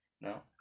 No